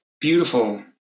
beautiful